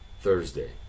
Thursday